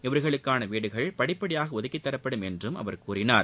இவர்களுக்கான வீடுகள் படிப்படியாக ஒதுக்கி தரப்படும் என்றும் அவர் கூறினார்